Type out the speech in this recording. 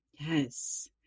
Yes